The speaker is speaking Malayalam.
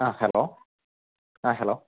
ആ ഹലോ ആ ഹലോ